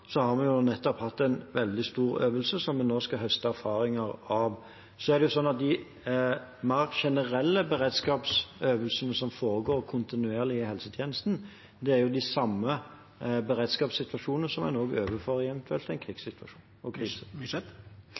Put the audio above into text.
har vi jo nettopp hatt en veldig stor øvelse, som vi nå skal høste erfaringer fra. De mer generelle beredskapsøvelsene som foregår kontinuerlig i helsetjenesten, gjelder de samme beredskapssituasjonene som en også øver for i en